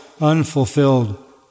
unfulfilled